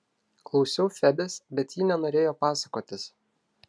klausiau febės bet ji nenorėjo pasakotis